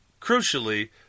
crucially